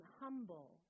humble